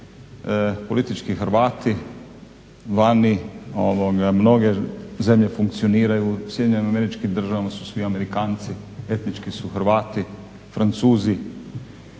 politički Hrvati. Vani mnoge zemlje funkcioniraju, u SAD-u su svi Amerikanci, etnički su Hrvati, Francuzi